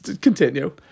Continue